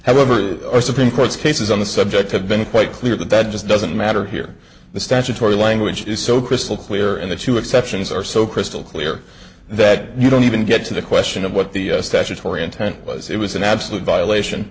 however our supreme court's cases on the subject have been quite clear that that just doesn't matter here the statutory language is so crystal clear in the two exceptions are so crystal clear that you don't even get to the question of what the statutory intent was it was an absolute violation